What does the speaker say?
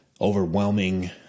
overwhelming